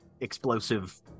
explosive